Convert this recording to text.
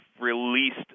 released